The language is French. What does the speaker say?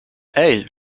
hey